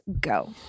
go